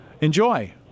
Enjoy